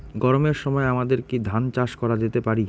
গরমের সময় আমাদের কি ধান চাষ করা যেতে পারি?